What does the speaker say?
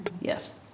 Yes